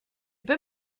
peux